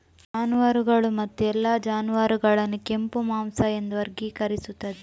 ಜಾನುವಾರುಗಳು ಮತ್ತು ಎಲ್ಲಾ ಜಾನುವಾರುಗಳನ್ನು ಕೆಂಪು ಮಾಂಸ ಎಂದು ವರ್ಗೀಕರಿಸುತ್ತದೆ